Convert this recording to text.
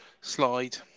slide